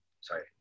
sorry